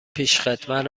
پیشخدمت